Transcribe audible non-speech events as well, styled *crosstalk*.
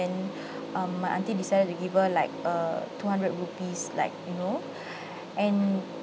um my aunty decided to give her like err two hundred rupees like you know *breath* and